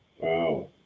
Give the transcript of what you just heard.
Wow